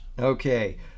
Okay